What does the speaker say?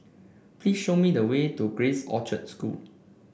please show me the way to Grace Orchard School